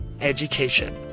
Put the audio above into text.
education